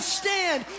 stand